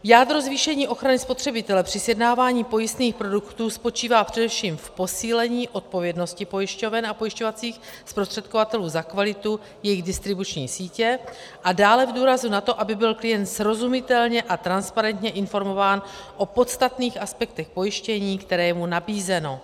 Jádro zvýšení ochrany spotřebitele při sjednávání pojistných produktů spočívá především v posílení odpovědnosti pojišťoven a pojišťovacích zprostředkovatelů za kvalitu jejich distribuční sítě a dále v důrazu na to, aby byl klient srozumitelně a transparentně informován o podstatných aspektech pojištění, které je mu nabízeno.